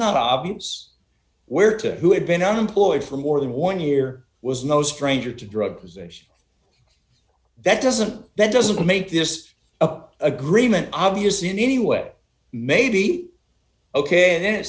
not obvious where to who had been unemployed for more than one year was no stranger to drug possession that doesn't that doesn't make this up agreement obviously in any way maybe ok then it